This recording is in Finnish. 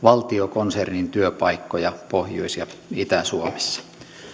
valtiokonsernin työpaikkoja pohjois ja itä suomessa